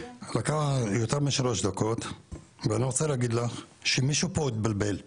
לקח יותר משלוש דקות ואני רוצה להגיד לך שמישהו פה התבלבל לגמרי.